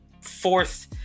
fourth